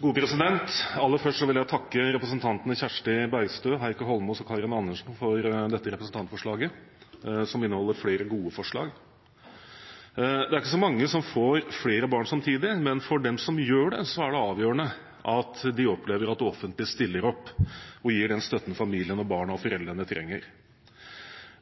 gode forslag. Det er ikke så mange som får flere barn samtidig, men for dem som gjør det, er det avgjørende at de opplever at det offentlige stiller opp og gir den støtten familien, barnet og foreldrene trenger.